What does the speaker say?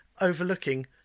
overlooking